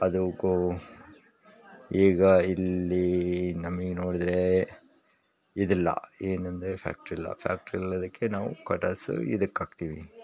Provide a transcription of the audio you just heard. ಅದು ಕೋ ಈಗ ಇಲ್ಲಿ ನಮಗೆ ನೋಡಿದರೆ ಇದಿಲ್ಲ ಏನಂದರೆ ಫ್ಯಾಕ್ಟ್ರಿ ಇಲ್ಲ ಫ್ಯಾಕ್ಟ್ರಿ ಇಲ್ಲದ್ದಕ್ಕೆ ನಾವು ಕಟಾವು ಇದಕ್ಕೆ ಹಾಕ್ತೀವಿ